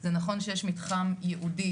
זה נכון שיש מתחם ייעודי,